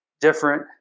different